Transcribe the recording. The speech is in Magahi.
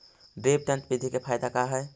ड्रिप तन्त्र बिधि के फायदा का है?